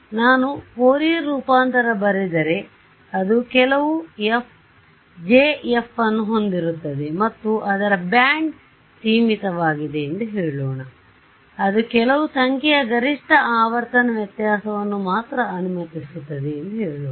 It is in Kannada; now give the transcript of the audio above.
ಆದ್ದರಿಂದ ನಾನು ಫೋರಿಯರ್ ರೂಪಾಂತರ ಬರೆದರೆ ಅದು ಕೆಲವು J ಅನ್ನು ಹೊಂದಿರುತ್ತದೆ ಮತ್ತುಅದರ ಬ್ಯಾಂಡ್ ಸೀಮಿತವಾಗಿದೆ ಎಂದು ಹೇಳೋಣ ಅದು ಕೆಲವು ಸಂಖ್ಯೆಯ ಗರಿಷ್ಠ ಆವರ್ತನ ವ್ಯತ್ಯಾಸವನ್ನು ಮಾತ್ರ ಅನುಮತಿಸುತ್ತದೆ ಎಂದು ಹೇಳೋಣ